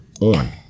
on